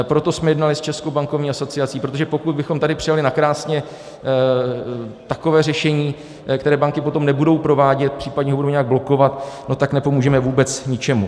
Proto jsme jednali s Českou bankovní asociací, protože pokud bychom tady přijali nakrásně takové řešení, které banky potom nebudou provádět, případně ho budou nějak blokovat, tak nepomůžeme vůbec ničemu.